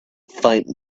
faint